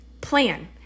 plan